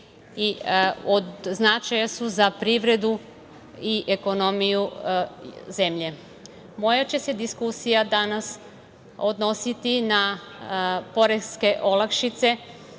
i od značaja su za privredu i ekonomiju zemlje. Moja će se diskusija danas odnositi na poreske olakšice